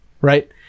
Right